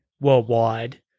worldwide